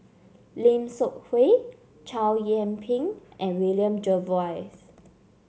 Lim Seok Hui Chow Yian Ping and William Jervois